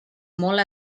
molt